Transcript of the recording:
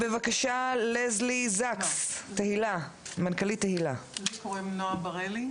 בבקשה, נועה בר אלי.